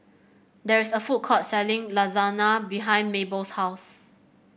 there is a food court selling Lasagna behind Mabell's house